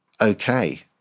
okay